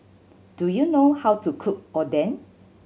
do you know how to cook Oden